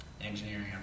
engineering